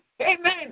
Amen